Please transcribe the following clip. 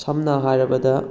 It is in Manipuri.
ꯁꯝꯅ ꯍꯥꯏꯔꯕꯗ